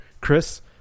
chris